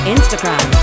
Instagram